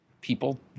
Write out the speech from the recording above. people